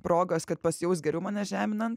progos kad pasijaus geriau mane žeminant